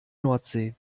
nordsee